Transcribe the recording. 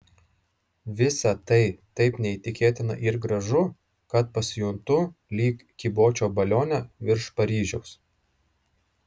visa tai taip neįtikėtina ir gražu kad pasijuntu lyg kybočiau balione virš paryžiaus